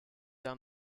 down